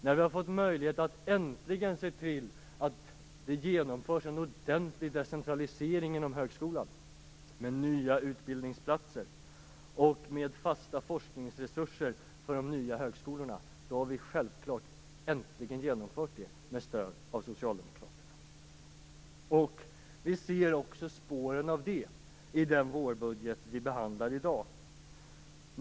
När vi har fått möjlighet att äntligen se till att det genomförs en ordentlig decentralisering inom högskolan med nya utbildningsplatser och med fasta forskningsresurser för de nya högskolorna har vi självfallet äntligen genomfört det med stöd av Socialdemokraterna. Man ser också spåren av det i den vårbudget riksdagen behandlar i dag.